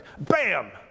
Bam